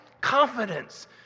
Confidence